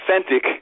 authentic